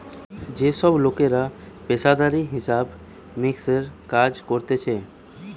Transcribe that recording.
যে সব লোকরা পেশাদারি হিসাব মিক্সের কাজ করতিছে